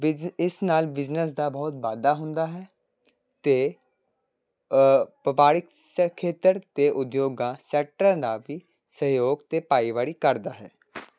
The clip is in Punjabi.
ਬਿਜ਼ ਇਸ ਨਾਲ ਬਿਜ਼ਨਸ ਦਾ ਬਹੁਤ ਵਾਧਾ ਹੁੰਦਾ ਹੈ ਅਤੇ ਵਪਾਰਿਕ ਸ ਖੇਤਰ ਅਤੇ ਉਦਯੋਗਾਂ ਸੈਕਟਰਾਂ ਦਾ ਵੀ ਸਹਿਯੋਗ ਅਤੇ ਭਾਈਵਾਲੀ ਕਰਦਾ ਹੈ